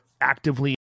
actively